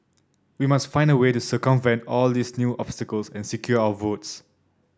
we must find a way to circumvent all these new obstacles and secure our votes